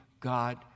God